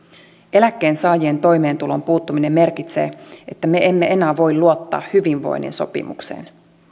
eläkkeensaajien toimeentuloon puuttuminen merkitsee että me emme enää voi luottaa hyvinvoinnin sopimukseen